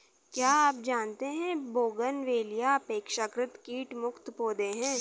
क्या आप जानते है बोगनवेलिया अपेक्षाकृत कीट मुक्त पौधे हैं?